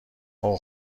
اوه